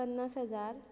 पन्नास हजार